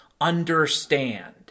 understand